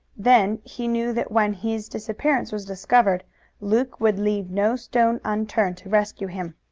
then he knew that when his disappearance was discovered luke would leave no stone unturned to rescue him.